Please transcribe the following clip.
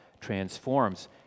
transforms